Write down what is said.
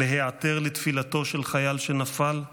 להיעתר לתפילתו של חייל שנפל,